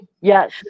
yes